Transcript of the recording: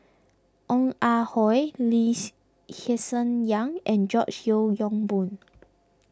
Ong Ah Hoi Lee she Hsien Yang and George Yeo Yong Boon